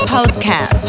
Podcast